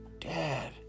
dad